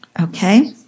okay